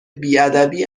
بیادبی